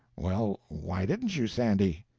well, why didn't you, sandy?